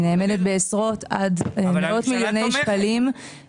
היא נאמדת בעשרות עד מאות מיליוני שקלים,